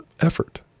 effort